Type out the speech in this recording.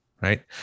right